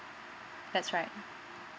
that's right